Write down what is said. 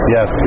Yes